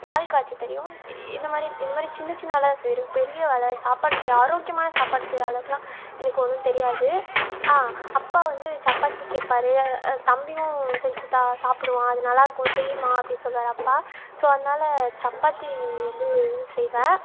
பால் காய்சச தெரியும் இந்த மாதிரி இந்த மாதிரி சின்ன சின்ன வேலை தெரியும் பெரிய வேலை சாப்பாடு செய்ய ஆரோக்கியமான சாப்பாடு செய்யற அளவுக்கெல்லாம் எனக்கு ஒன்றும் தெரியாது ஆ அப்பா வந்து சப்பாத்தி கேப்பார் அது அது தம்பியும் செஞ்சு கொடுத்தா சாப்பிடுவான் அது நல்லா இருக்கும் செய்யுமா அப்படினு சொல்லுவார் அப்பா ஸோ அதனால் சப்பாத்தி வந்து செய்வேன்